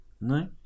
No